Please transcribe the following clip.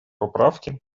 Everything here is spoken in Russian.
поправки